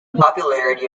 popularity